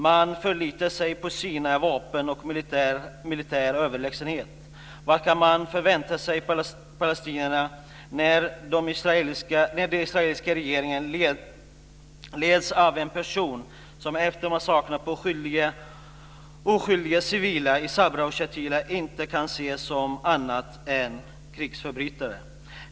Man förlitar sig på sina vapen och militär överlägsenhet. Vad kan man förvänta sig av palestinierna när den israeliska regeringen leds av en person som efter massakrerna på oskyldiga civila i Sabra och Shatila inte kan ses som annat än krigsförbrytare?